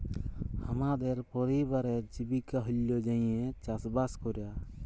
হামদের পরিবারের জীবিকা হল্য যাঁইয়ে চাসবাস করা